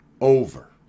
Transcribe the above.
over